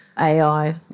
ai